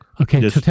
okay